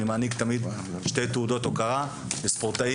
אני מעניק תמיד שתי תעודות הוקרה לספורטאים.